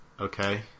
Okay